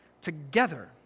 together